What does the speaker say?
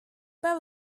pas